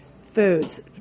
foods